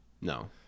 No